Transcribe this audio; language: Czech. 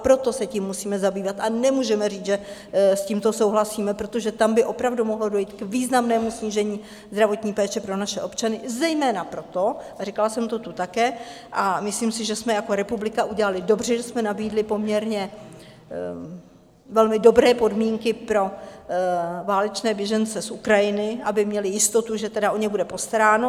A proto se tím musíme zabývat a nemůžeme říct, že s tímto souhlasíme, protože tam by opravdu mohlo dojít k významnému snížení zdravotní péče pro naše občany, zejména proto, a říkala jsem to tu také, a myslím si, že jsme jako republika udělali dobře, že jsme nabídli poměrně velmi dobré podmínky pro válečné běžence z Ukrajiny, aby měli jistotu, že o ně bude postaráno.